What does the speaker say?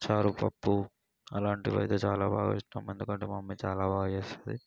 చారు పప్పు అలాంటివి అయితే చాలా బాగా ఇష్టం ఎందుకంటే మా మమ్మీ చాలా బాగా చేస్తుంది